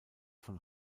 von